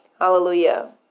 Hallelujah